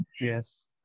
yes